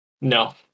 no